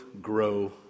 grow